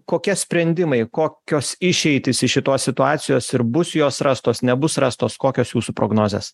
kokie sprendimai kokios išeitys iš šitos situacijos ir bus jos rastos nebus rastos kokios jūsų prognozės